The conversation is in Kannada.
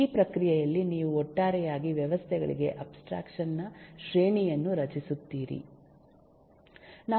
ಈ ಪ್ರಕ್ರಿಯೆಯಲ್ಲಿ ನೀವು ಒಟ್ಟಾರೆಯಾಗಿ ವ್ಯವಸ್ಥೆಗಳಿಗೆ ಅಬ್ಸ್ಟ್ರಾಕ್ಷನ್ ನ ಶ್ರೇಣಿಯನ್ನು ರಚಿಸುತ್ತೀರಿ